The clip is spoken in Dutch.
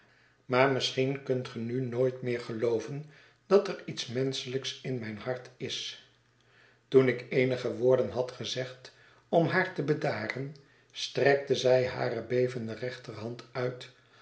maar misschien kunt ge nu nooit meer gelooven dat er iets menschelijks in mijn hart is toen ik eenige woorden had gezegd om haar te bedaren strekte zij hare bevende rechterhand uit